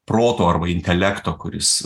proto arba intelekto kuris